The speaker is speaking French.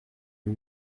lui